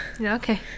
Okay